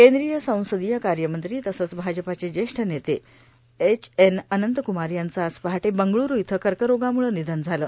केंद्रीय संसदीय कार्यमंत्री तसंच भाजपाचे ज्येष्ठ नेते एच एन अनंत कुमार यांचं आज पहाटे बंगळूरू इथं कर्करोगामुळं निधन झालं